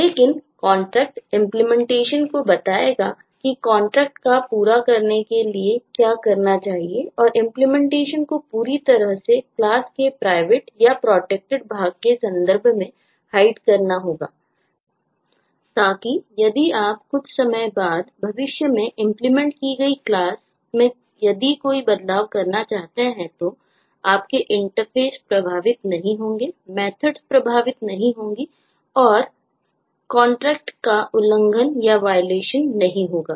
लेकिन कॉन्ट्रैक्ट प्रभावित नहीं होंगी और कॉन्ट्रैक्ट का उल्लंघनवायलेशन नहीं होगा